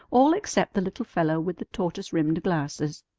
all except the little fellow with the tortoise-rimmed glasses.